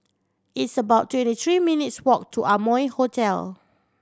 it's about twenty three minutes' walk to Amoy Hotel